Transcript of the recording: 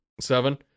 Seven